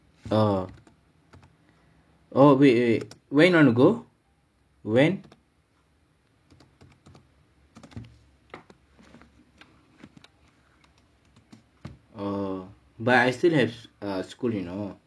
uh oh wait wait where you want to go when oh but I still have err school you know